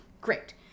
Great